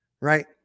right